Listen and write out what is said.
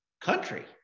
country